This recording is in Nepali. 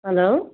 हेलो